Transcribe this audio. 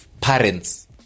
parents